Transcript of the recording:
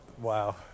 wow